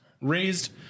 raised